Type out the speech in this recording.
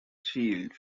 shield